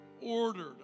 ordered